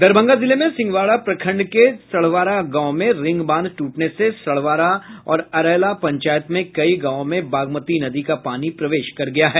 दरभंगा जिले में सिंहवाड़ा प्रखंड के सढ़वारा गांव में रिंग बांध टूटने से सढ़वारा और अरैला पंचायत में कई गांव में बागमती नदी का पानी प्रवेश कर गया है